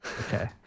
okay